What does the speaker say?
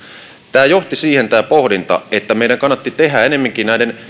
tämä pohdinta johti siihen että meidän kannatti tehdä ennemminkin näiden